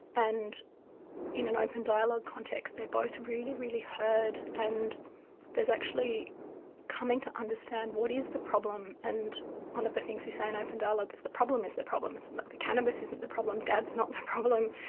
and in an open dialogue context they both really, really heard and there's actually coming to understand what is the problem, and one of the things we say in opened dialogue is the problem is the problem. and the the cannabis isn't the problem, dad is not the problem,